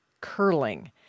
curling